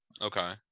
okay